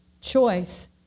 choice